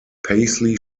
paisley